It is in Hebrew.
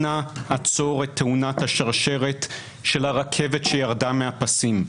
אנא, עצור את תאונת השרשרת של הרכבת שירדה מהפסים.